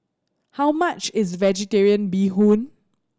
how much is Vegetarian Bee Hoon